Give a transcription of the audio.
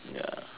ya